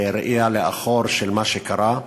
בראייה לאחור של מה שקרה.